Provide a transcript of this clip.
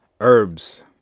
Herbs